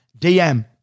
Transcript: dm